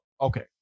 Okay